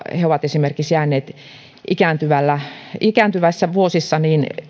he ovat esimerkiksi jääneet ikääntyvissä ikääntyvissä vuosissa